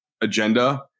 agenda